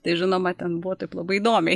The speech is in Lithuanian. tai žinoma ten buvo taip labai įdomiai